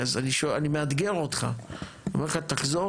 תגיד,